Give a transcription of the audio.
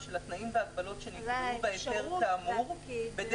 של התנאים וההגבלות שנקבעו בהיתר כאמור,